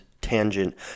tangent